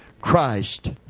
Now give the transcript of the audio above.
Christ